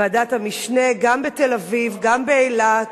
ועדת המשנה, גם בתל-אביב, גם באילת